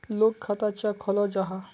लोग खाता चाँ खोलो जाहा?